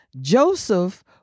Joseph